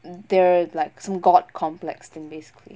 they're like some god complex thing basically